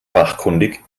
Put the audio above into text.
fachkundig